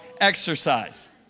Exercise